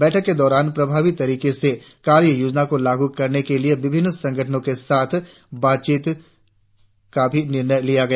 बैठक के दौरान प्रभावि तरीके से कार्य योजना को लागू करने के लिए विभिन्न संगठनों के साथ बातचीत का भी निर्णय लिया गया